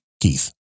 Keith